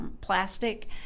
plastic